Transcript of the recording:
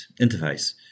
interface